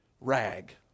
rag